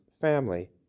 family